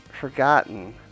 forgotten